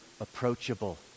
approachable